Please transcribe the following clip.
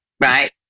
Right